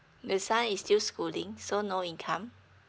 the son is still schooling so no income